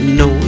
no